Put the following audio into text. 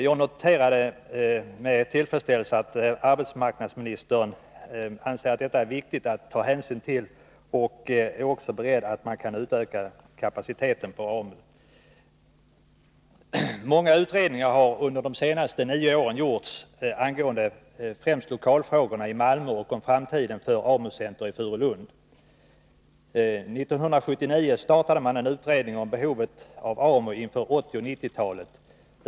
Jag noterade med tillfredsställelse att arbetsmarknadsministern sade att hon ansåg detta vara viktigt att ta hänsyn till och att kapaciteten för AMU kan utökas. Under de senaste nio åren har många utredningar gjorts angående främst lokalfrågorna i Malmö men även om framtiden för AMU-centret i Furulund. 1979 startade man en utredning om behovet av AMU inför 1980 och 1990-talen.